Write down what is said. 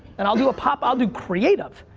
and i'll do a pop, i'll do creative.